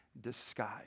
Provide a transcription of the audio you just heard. disguise